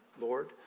Lord